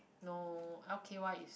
no okay what is